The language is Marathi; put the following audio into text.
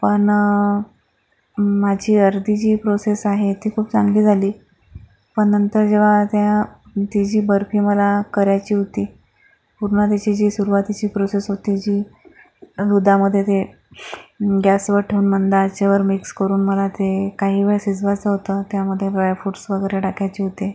पण माझी अर्धी जी प्रोसेस आहे ती खूप चांगली झाली पण नंतर जेव्हा त्या ती जी बर्फी मला करायची होती पूर्ण त्याची जी सुरवातीची प्रोसेस होती जी दुधामध्ये ते गॅसवर ठेवून मंद आचेवर मिक्स करून मला ते काही वेळ शिजवायचं होतं त्यामध्ये ड्रायफ्रूट्स वगैरे टाकायचे होते